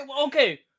okay